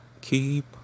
Keep